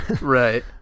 Right